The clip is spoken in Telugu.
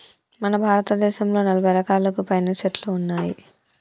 మన భారతదేసంలో నలభై రకాలకు పైనే సెట్లు ఉన్నాయి